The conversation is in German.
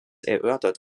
erörtert